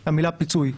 היא המילה פיצוי,